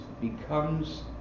becomes